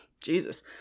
Jesus